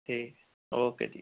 ਠੀਕ ਓਕੇ ਜੀ